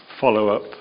follow-up